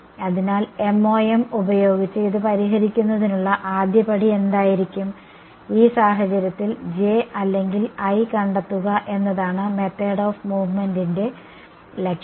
അതിനാൽ MoM ഉപയോഗിച്ച് ഇത് പരിഹരിക്കുന്നതിനുള്ള ആദ്യപടി എന്തായിരിക്കും ഈ സാഹചര്യത്തിൽ J അല്ലെങ്കിൽ I കണ്ടെത്തുക എന്നതാണ് മെത്തേഡ് ഓഫ് മൂവേമെന്റ്സിന്റെ ലക്ഷ്യം